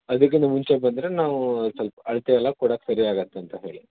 ಅದಕ್ಕಿಂತ ಮುಂಚೆ ಬಂದರೆ ನಾವು ಸ್ವಲ್ಪ ಅಳತೆ ಎಲ್ಲ ಕೊಡಕ್ಕೆ ಸರಿಯಾಗತ್ತೆ ಅಂತ ಹೇಳಿ